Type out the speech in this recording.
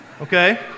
Okay